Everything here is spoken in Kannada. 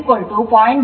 06 j0